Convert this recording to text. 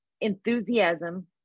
enthusiasm